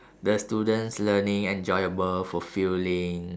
the students learning enjoyable fulfiling